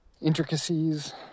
intricacies